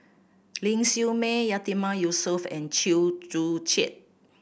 Ling Siew May Yatiman Yusof and Chew Joo Chiat